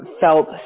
felt